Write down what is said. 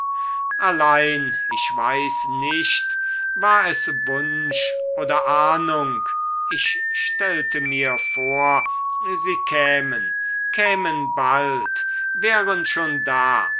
allein ich weiß nicht war es wunsch oder ahnung ich stellte mir vor sie kämen kämen bald wären schon da